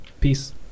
Peace